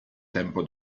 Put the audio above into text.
tempo